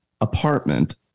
apartment